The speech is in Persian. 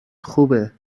خوبه